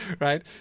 right